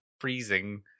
freezing